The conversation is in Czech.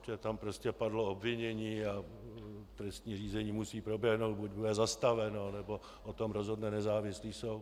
Protože tam prostě padlo obvinění a trestní řízení musí proběhnout, buď bude zastaveno, nebo o tom rozhodne nezávislý soud.